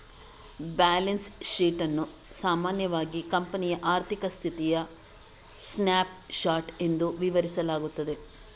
balance sheet ಅನ್ನು ಸಾಮಾನ್ಯವಾಗಿ ಕಂಪನಿಯ ಆರ್ಥಿಕ ಸ್ಥಿತಿಯ ಸ್ನ್ಯಾಪ್ ಶಾಟ್ ಎಂದು ವಿವರಿಸಲಾಗುತ್ತದೆ